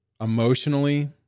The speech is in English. emotionally